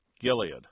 Gilead